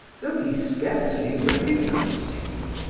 though he scarcely recognized him.